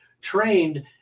trained